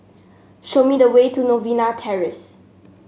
show me the way to Novena Terrace